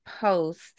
post